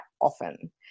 often